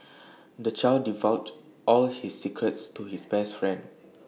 the child divulged all his secrets to his best friend